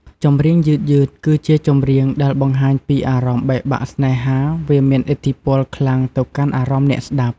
ចម្រៀងយឺតៗ គឺជាចម្រៀងដែលបង្ហាញអំពីអារម្មណ៍បែកបាក់ស្នេហាវាមានឥទ្ធិពលខ្លាំងទៅកាន់អារម្មណ៍អ្នកស្តាប់។